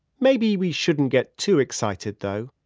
maybe we shouldn't get too excited though.